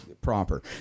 proper